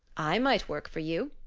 i might work for you,